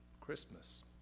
Christmas